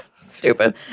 Stupid